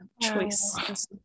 choice